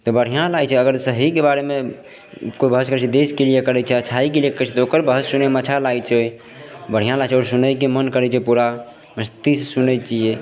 तऽ बढ़िआँ लागय छै अगर सहीके बारेमे कोइ बहस करय छै देशके लिये करय छै अच्छाइके लिये करय छै ओकर बहस सुनयमे अच्छा लागय छै बढ़िआँ लागय छै सुनयके मोन करय छै पूरा मस्तीसँ सुनय छियै